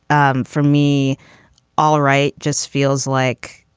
um for me all right just feels like